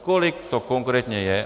Kolik to konkrétně je.